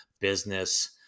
business